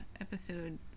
episode